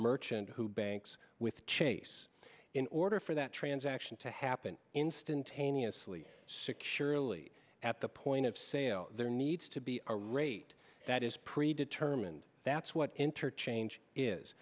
merchant who banks with chase in order for that transaction to happen instantaneously securely at the point of sale there needs to be a rate that is pre determined that's what interchange is